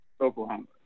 Oklahoma